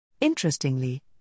Interestingly